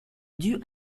dus